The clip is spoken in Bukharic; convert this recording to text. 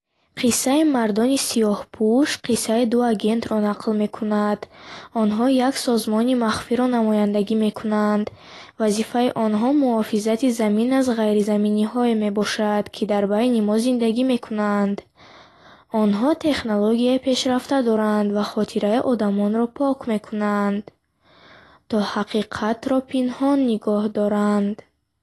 Филми "Мардони сиёҳпӯш" қиссаи ду агентро нақл мекунад. Онҳо як созмони махфиро намояндагӣ мекунанд. Вазифаи онҳо муҳофизати замин аз ғайризаминӣҳое мебошад, ки дар байни мо зиндагӣ мекунанд. Онҳо технологияи пешрафта доранд ва хотираи одамонро пок мекунанд, то ҳақиқатро пинҳон нигоҳ доранд.